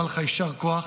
אני בא לומר לך יישר כוח.